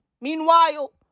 Meanwhile